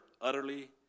utterly